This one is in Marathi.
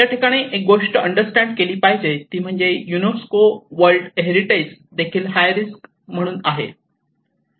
याठिकाणी एक गोष्ट अंडरस्टँड केली पाहिजे ती म्हणजे युनेस्को वर्ल्ड हेरिटेज देखील हाय रिस्क म्हणून आहे